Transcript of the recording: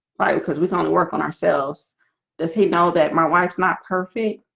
right because we don't work on ourselves does he know that my wife's not perfect,